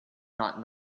not